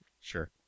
Sure